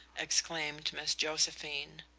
exclaimed miss josephine.